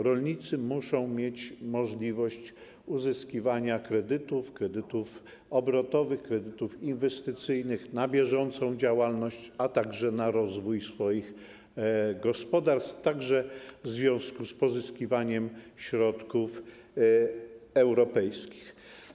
Rolnicy muszą mieć możliwość uzyskiwania kredytów, kredytów obrotowych, kredytów inwestycyjnych na bieżącą działalność, a także na rozwój swoich gospodarstw, także w związku z pozyskiwaniem środków europejskich.